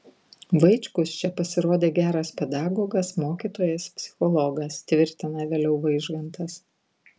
vaičkus čia pasirodė geras pedagogas mokytojas psichologas tvirtina vėliau vaižgantas